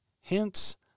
Hence